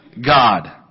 God